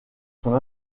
son